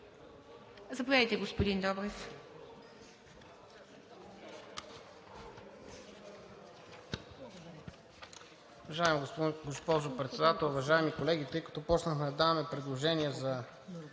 Заповядайте, господин Добрев.